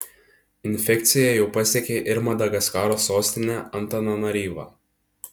infekcija jau pasiekė ir madagaskaro sostinę antananaryvą